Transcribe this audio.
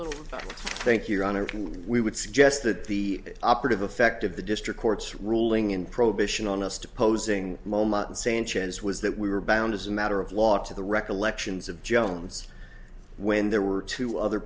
little thank your honor can we would suggest that the operative effect of the district court's ruling in prohibition on us to posing moama sanchez was that we were bound as a matter of law to the recollections of jones when there were two other